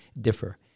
differ